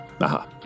Aha